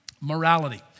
Morality